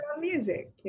music